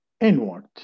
inward